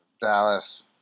Dallas